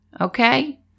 Okay